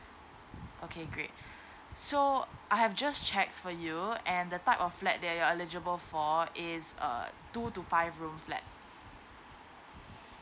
okay great so I have just check for you and the type of flat that are elegible for is err two to five room flat